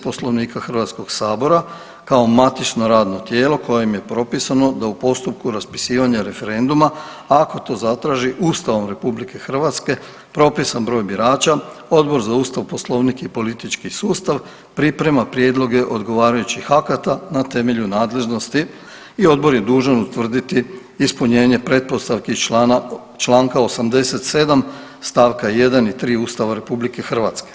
Poslovnika Hrvatskog sabora kao matično radno tijelo kojim je propisano da u postupku raspisivanja referenduma, ako to zatraži Ustavom Republike Hrvatske propisan broj birača Odbor za Ustav, Poslovnik i politički sustav priprema prijedloge odgovarajućih akata na temelju nadležnosti i odbor je dužan utvrditi ispunjenje pretpostavki iz članka 87. stavka 1. i 3. Ustava Republike Hrvatske.